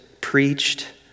preached